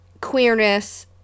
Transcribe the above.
queerness